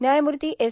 न्यायमूर्ती एस